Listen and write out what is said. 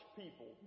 people